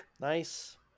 Nice